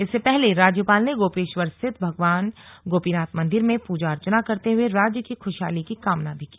इससे पहले राज्यपाल ने गोपेश्वर स्थित भगवान गोपीनाथ मंदिर में पूजा अर्चना करते हुए राज्य की खुशहाली की कामना भी की